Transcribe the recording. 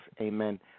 amen